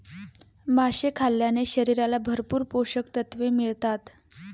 मासे खाल्ल्याने शरीराला भरपूर पोषकतत्त्वे मिळतात